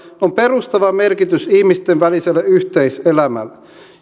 on perustava merkitys ihmisten väliselle yhteiselämälle